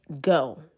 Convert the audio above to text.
go